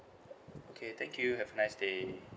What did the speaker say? okay thank you have a nice day